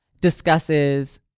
discusses